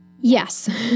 Yes